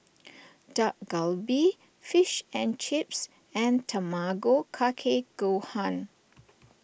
Dak Galbi Fish and Chips and Tamago Kake Gohan